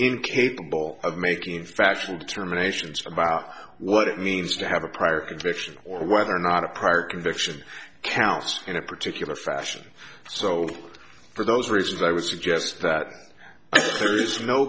incapable of making factual determination about what it means to have a prior conviction or whether or not a prior conviction counts in a particular fashion so for those reasons i would suggest that there is no